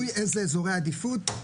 תלוי איזה אזורי עדיפות.